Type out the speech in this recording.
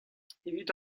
evit